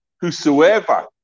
Whosoever